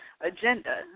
agenda